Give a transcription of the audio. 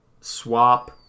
Swap